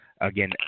again